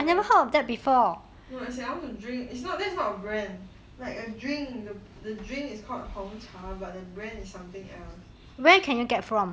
ya no as in I want to drink that's not brand like a drink like a drink the drink is called 红茶 but the brand is something where can you get from